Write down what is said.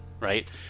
right